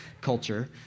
culture